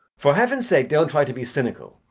for heaven's sake, don't try to be cynical.